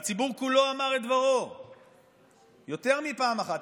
והציבור כולו אמר את דברו יותר מפעם אחת,